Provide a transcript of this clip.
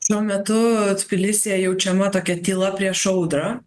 šiuo metu tbilisyje jaučiama tokia tyla prieš audrą